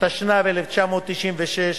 התשנ"ו 1996,